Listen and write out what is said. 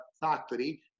factory